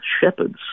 shepherds